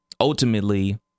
ultimately